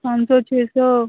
पाँच सौ छः सौ